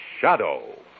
Shadow